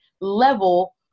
level